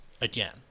Again